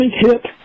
hit